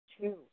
Two